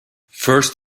first